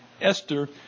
Esther